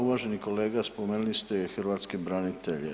Uvaženi kolega spomenuli ste i hrvatske branitelje.